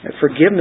forgiveness